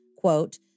quote